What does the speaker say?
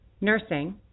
nursing